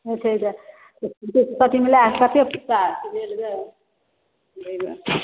कते पाइ लए लेबै